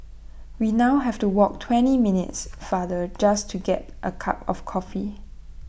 we now have to walk twenty minutes farther just to get A cup of coffee